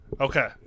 Okay